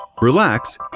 relax